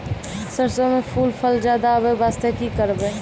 सरसों म फूल फल ज्यादा आबै बास्ते कि करबै?